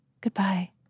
Goodbye